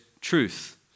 truth